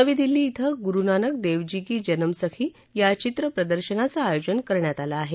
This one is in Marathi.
नवी दिल्ली क्रें गुरु नानक देवजी की जनमसखी या चित्र प्रदर्शनाचे आयोजन करण्यात आलं आहे